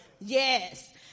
yes